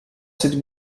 cette